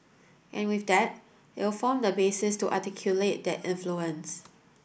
and with that it'll form the basis to articulate that influence